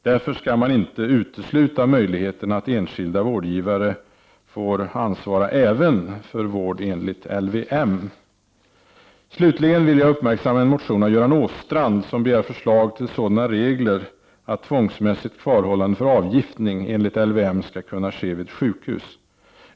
Därför skall man inte utesluta möjligheten att enskilda vårdgivare får ansvar även för vård enligt LVM. Slutligen vill jag uppmärksamma en motion av Göran Åstrand, som begär förslag till sådana regler att tvångsmässigt kvarhållande för avgiftning enligt LVM skall kunna ske vid sjukhus.